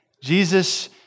Jesus